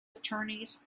attorneys